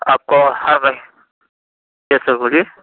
آپ کو ہر یس سر بولیے